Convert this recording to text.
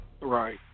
Right